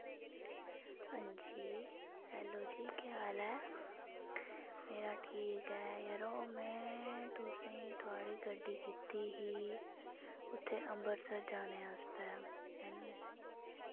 हां जी हैल्लो जी केह् हाल ऐ मेरा ठीक ऐ जरो में तुसेंई थोआढ़ी गड्डी कीती ही उत्थै अम्बरसर जाने आस्तै हैनी